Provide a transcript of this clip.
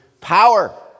power